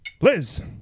Liz